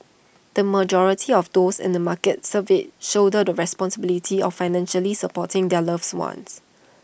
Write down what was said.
the majority of those in the markets surveyed shoulder the responsibility of financially supporting their loves ones